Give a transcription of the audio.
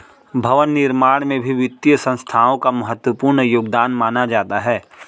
भवन निर्माण में भी वित्तीय संस्थाओं का महत्वपूर्ण योगदान माना जाता है